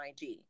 IG